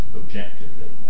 objectively